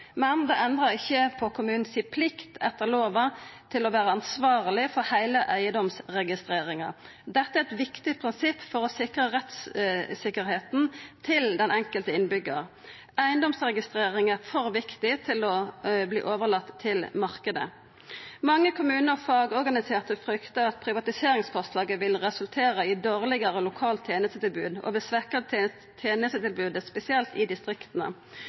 men det endrar ikkje på kommunen si plikt etter lova til å vera ansvarleg for heile eigedomsregistreringa. Dette er eit viktig prinsipp for å sikra rettstryggleiken til den enkelte innbyggjar. Eigedomsregistrering er for viktig til å verta overlaten til marknaden. Mange kommunar og fagorganiserte fryktar at privatiseringsforslaget vil resultera i dårlegare lokalt tenestetilbod, og at det vil svekkja tenestetilbodet spesielt i distrikta,